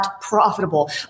Profitable